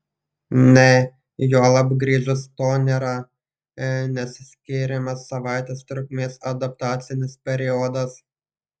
ne juolab grįžus to nėra nes skiriamas savaitės trukmės adaptacinis periodas